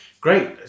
great